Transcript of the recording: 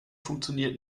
funktioniert